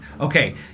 Okay